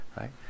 right